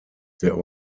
der